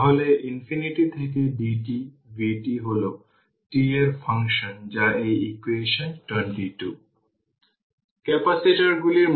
সুতরাং সাধারণভাবে জানুন iC c dv dt এটিকে r ইকুইভ্যালেন্ট সার্কিট বলা হয়